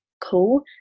cool